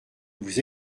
vous